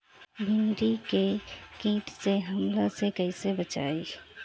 भींडी के कीट के हमला से कइसे बचाई?